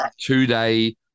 two-day